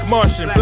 Martian